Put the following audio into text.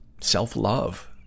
self-love